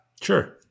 Sure